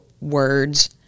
words